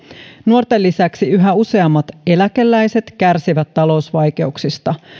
nuorten lisäksi yhä useammat eläkeläiset kärsivät talousvaikeuksista